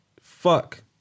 fuck